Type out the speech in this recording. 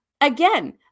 Again